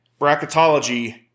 Bracketology